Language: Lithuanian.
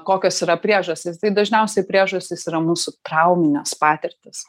kokios yra priežastys tai dažniausiai priežastys yra mūsų trauminės patirtys